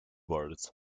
birds